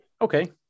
Okay